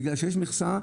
בגלל שיש מכסה,